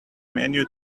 menu